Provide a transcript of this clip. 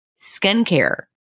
skincare